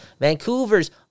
Vancouver's